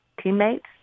teammates